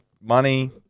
money